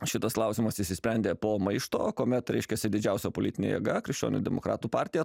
šitas klausimas išsisprendė po maišto kuomet reiškiasi didžiausia politinė jėga krikščionių demokratų partija